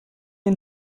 and